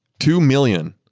two million.